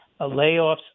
layoffs